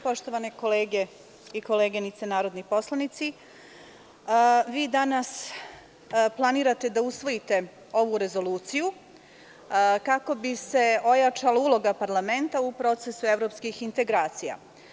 Poštovane kolege i koleginice narodni poslanici, vi danas planirate da usvojite ovu rezoluciju kako bi se ojačala uloga parlamenta u procesu evropskih integracija.